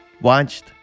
watched